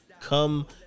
come